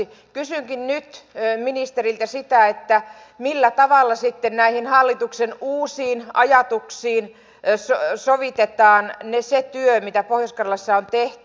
kysynkin nyt ministeriltä sitä millä tavalla sitten näihin hallituksen uusiin ajatuksiin sovitetaan se työ mitä pohjois karjalassa on tehty